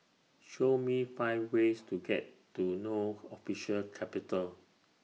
Show Me five ways to get to No Official Capital